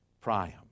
Priam